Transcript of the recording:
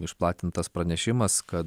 išplatintas pranešimas kad